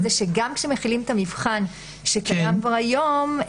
הוא שגם כשמחילים את המבחן שקיים כבר היום,